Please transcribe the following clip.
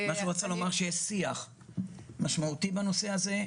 יש שיח משמעותי בנושא הזה,